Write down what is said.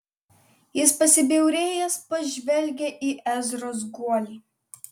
jis pasibjaurėjęs pažvelgė į ezros guolį